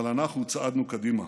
אבל, אנחנו צעדנו קדימה,